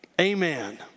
Amen